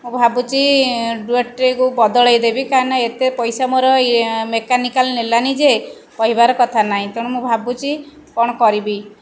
ମୁଁ ଭାବୁଛି ଡୁୟେଟଟିକୁ ବଦଳେଇ ଦେବି କାହିଁକିନା ଏତେ ପଇସା ମୋର ମେକାନିକାଲ୍ ନେଲାଣି ଯେ କହିବାର କଥା ନାହିଁ ତେଣୁ ମୁଁ ଭାବୁଛି କ'ଣ କରିବି